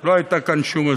לא הייתה כאן שום עזרה.